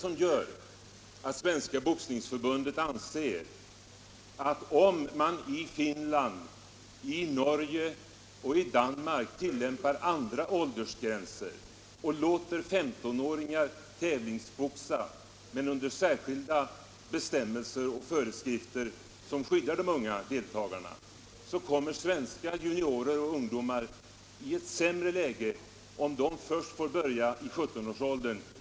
Om man i Finland, Norge och Danmark tillämpar andra åldersgränser och låter 15-åringar tävlingsboxa — det sker under särskilda bestämmelser och föreskrifter, som skyddar unga deltagare — anser Boxningsförbundet att svenska ungdomar kommer i ett sämre läge om de får börja först i 17-årsåldern.